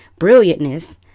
brilliantness